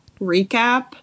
recap